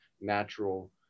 natural